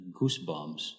goosebumps